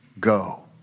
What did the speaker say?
go